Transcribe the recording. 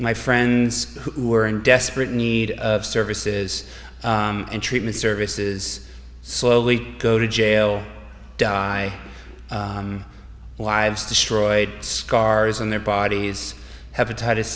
my friends who are in desperate need of services and treatment services slowly go to jail die lives destroyed scars on their bodies hepatitis